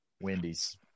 Wendy's